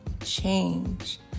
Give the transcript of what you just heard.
change